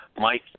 Mike